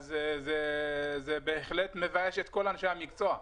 אז זה בהחלט מבייש את כל אנשי המקצוע.